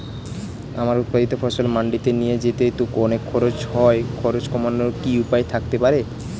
আমার উৎপাদিত ফসল মান্ডিতে নিয়ে যেতে তো অনেক খরচ হয় খরচ কমানোর কি উপায় থাকতে পারে?